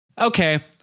Okay